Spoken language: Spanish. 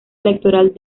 electoral